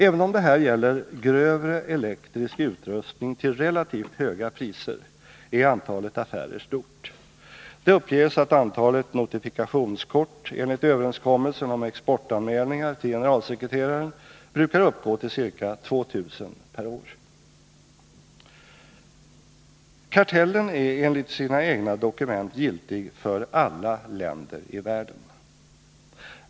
Även om det här gäller grövre elektrisk utrustning till relativt höga priser är antalet affärer stort. Det uppges att antalet notifikationskort enligt överenskommelsen om exportanmälningar till generalsekreteraren brukar uppgå till ca 2 000 per år. Kartellen är enligt sina egna dokument giltig för ”alla länder i världen”.